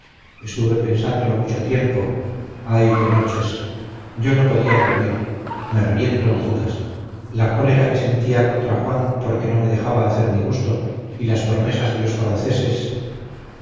estuve pensándolo mucho tiempo ay qué noches yo no podía dormir me reviento en judas la cólera que sentía contra juan porque no me dejaba hacer mi gusto y las promesas de los franceses